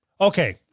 okay